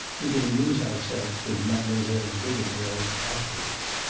we can amuse ourselves with mademoiselle's rigmaroles afterwards.